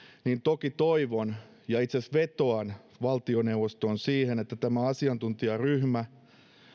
niin toki toivon ja itse asiassa vetoan valtioneuvostoon että tämä asiantuntijaryhmä